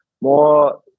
More